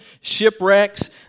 shipwrecks